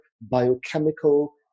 biochemical